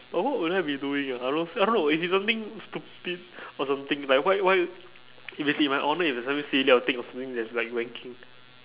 but what would I be doing ah I don't I don't know if it's something stupid or something like why why if it's in my honour if it's something silly then I will think of something that is like wanking